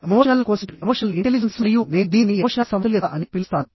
emotional quotient emotional intelligence మరియు నేను దీనిని ఎమోషనల్ సమతుల్యత అని పిలుస్తాను